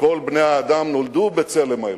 שכל בני-האדם נולדו בצלם האלוהים.